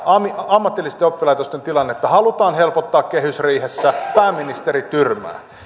ammatillisten oppilaitosten tilannetta halutaan helpottaa kehysriihessä pääministeri tyrmää